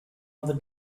other